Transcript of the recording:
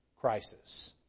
crisis